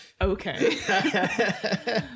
Okay